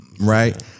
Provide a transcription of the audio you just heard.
right